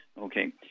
Okay